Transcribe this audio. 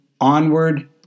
onward